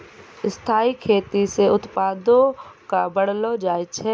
स्थाइ खेती से उत्पादो क बढ़लो जाय छै